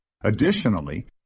Additionally